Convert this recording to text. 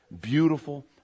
beautiful